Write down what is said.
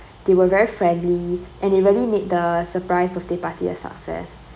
they were very friendly and it really made the surprise birthday party a success